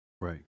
Right